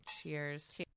Cheers